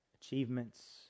achievements